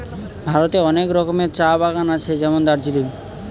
ভারতে অনেক রকমের চা বাগান আছে যেমন দার্জিলিং